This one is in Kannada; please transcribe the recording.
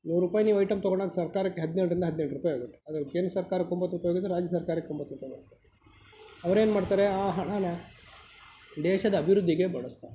ನೂರು ರೂಪಾಯಿ ನೀವು ಐಟಮ್ ತೊಗೊಂಡಾಗ ಸರ್ಕಾರಕ್ಕೆ ಹದಿನೇಳ್ರಿಂದ ಹದ್ನೆಂಟು ರೂಪಾಯಿ ಹೋಗುತ್ತೆ ಅದ್ರಲ್ಲಿ ಕೇಂದ್ರ ಸರ್ಕಾರಕ್ಕ ಒಂಬತ್ತು ರೂಪಾಯಿ ಹೋಗುತ್ತೆ ರಾಜ್ಯ ಸರ್ಕಾರಕ್ಕೆ ಒಂಬತ್ತು ರೂಪಾಯಿ ಹೋಗುತ್ತೆ ಅವರೇನು ಮಾಡ್ತಾರೆ ಆ ಹಣನ ದೇಶದ ಅಭಿವೃದ್ಧಿಗೆ ಬಳಸ್ತಾರೆ